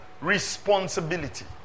responsibility